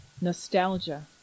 nostalgia